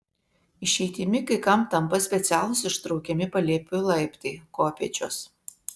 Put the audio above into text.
išeitimi kai kam tampa specialūs ištraukiami palėpių laiptai kopėčios